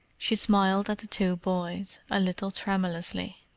she smiled at the two boys, a little tremulously.